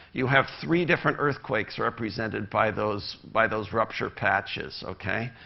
you have three different earthquakes represented by those by those rupture patches, okay?